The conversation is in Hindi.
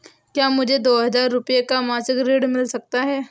क्या मुझे दो हजार रूपए का मासिक ऋण मिल सकता है?